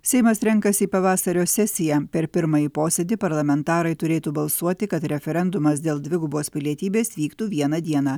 seimas renkasi į pavasario sesiją per pirmąjį posėdį parlamentarai turėtų balsuoti kad referendumas dėl dvigubos pilietybės vyktų vieną dieną